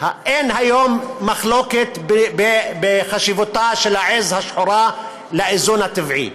אין היום מחלוקת בדבר חשיבותה של העז השחורה לאיזון הטבעי.